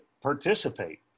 participate